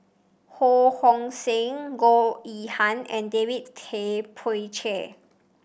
Ho Hong Sing Goh Yihan and David Tay Poey Cher